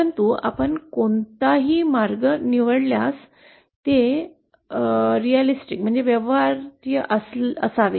परंतु आपण कोणताही मार्ग निवडल्यास ते व्यवहार्य असावे